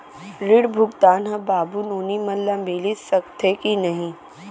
ऋण भुगतान ह बाबू नोनी मन ला मिलिस सकथे की नहीं?